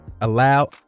allow